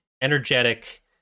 energetic